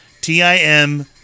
T-I-M